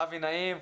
אבי נעים,